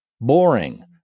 Boring